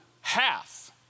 half